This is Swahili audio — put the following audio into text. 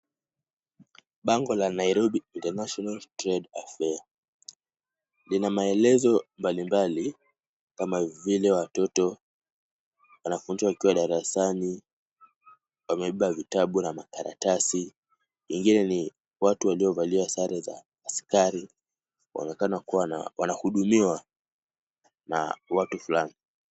Bango la Nairobi International Trade Affair lina maelezo mbalimbali kama vile watoto, wanafundishwa wakiwa darasani, wamebeba vitabu na makaratasi, ingine ni watu waliovalia sare za askari, wanaonekana kuwa wana wanahudumiwa na watu fulani.